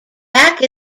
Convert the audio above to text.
back